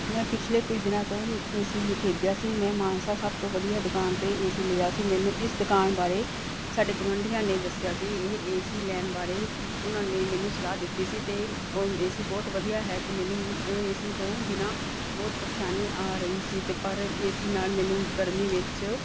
ਮੈਂ ਪਿਛਲੇ ਕੁਝ ਦਿਨਾਂ ਤੋਂ ਏ ਸੀ ਖਰੀਦਿਆ ਸੀ ਮੈਂ ਮਾਨਸਾ ਸਭ ਤੋਂ ਵਧੀਆ ਦੁਕਾਨ ਅਤੇ ਏ ਸੀ ਲਿਆ ਸੀ ਮੈਨੂੰ ਇਸ ਦੁਕਾਨ ਬਾਰੇ ਸਾਡੇ ਗੁਆਂਢੀਆਂ ਨੇ ਦੱਸਿਆ ਸੀ ਇਹ ਏ ਸੀ ਲੈਣ ਬਾਰੇ ਉਹਨਾਂ ਨੇ ਮੈਨੂੰ ਸਲਾਹ ਦਿੱਤੀ ਸੀ ਅਤੇ ਏ ਸੀ ਬਹੁਤ ਵਧੀਆ ਹੈ ਤੇ ਮੈਨੂੰ ਏ ਸੀ ਤੋਂ ਬਿਨਾਂ ਬਹੁਤ ਪਰੇਸ਼ਾਨੀ ਆ ਰਹੀ ਸੀ ਅਤੇ ਪਰ ਏ ਸੀ ਨਾਲ ਮੈਨੂੰ ਗਰਮੀ ਵਿੱਚ